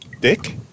Dick